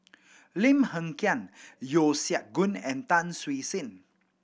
Lim Hng Kiang Yeo Siak Goon and Tan Siew Sin